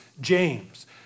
James